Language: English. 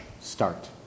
start